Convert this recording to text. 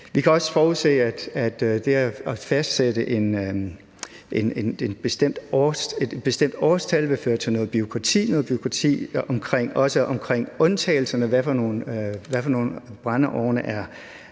Vi kan også forudse, at det at fastsætte et bestemt årstal vil føre til noget bureaukrati, også omkring undtagelserne. Hvilke brændeovne er